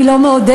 אני לא מעודדת.